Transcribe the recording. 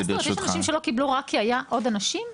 היו אנשים שלא קיבלו רק מכיוון שהיו עוד אנשים?